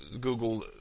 Google